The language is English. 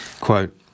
Quote